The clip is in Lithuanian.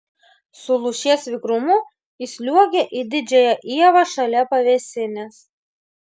su lūšies vikrumu įsliuogė į didžiąją ievą šalia pavėsinės